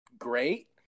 great